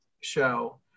show